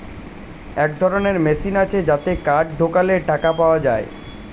এক ধরনের মেশিন আছে যাতে কার্ড ঢোকালে টাকা পাওয়া যায়